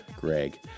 Greg